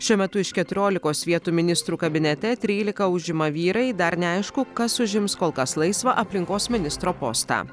šiuo metu iš keturiolikos vietų ministrų kabinete trylika užima vyrai dar neaišku kas užims kol kas laisvą aplinkos ministro postą